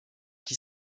qui